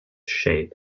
shape